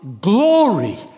glory